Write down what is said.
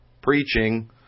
preaching